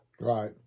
Right